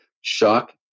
shock